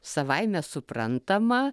savaime suprantama